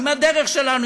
עם הדרך שלנו,